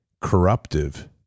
corruptive